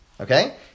okay